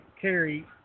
carry